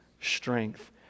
strength